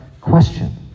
question